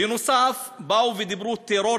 בנוסף באו ודיברו: טרור,